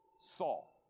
Saul